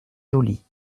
jolie